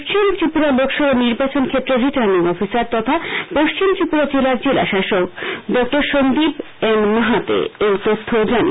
পশ্চিম ত্রিপুরা লোকসভা নির্বাচন ক্ষেত্রের রিটার্নিং অফিসার তথা পশ্চিম ত্রিপুরা জেলার জেলাশাসক ডসন্দীপ মাহত এই তথ্য জানিয়েছেন